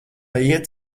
iet